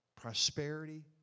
prosperity